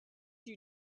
you